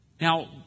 Now